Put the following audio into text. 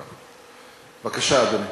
בבקשה, אדוני.